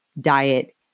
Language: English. diet